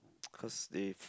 cause they